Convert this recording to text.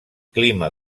clima